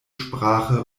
sprache